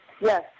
Yes